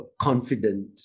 confident